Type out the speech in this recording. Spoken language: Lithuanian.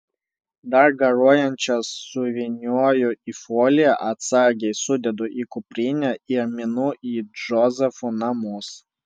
dar garuojančias suvynioju į foliją atsargiai sudedu į kuprinę ir minu į džozefo namus